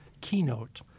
keynote